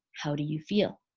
how do you feel?